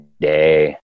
day